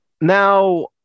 now